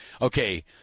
okay